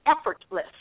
effortless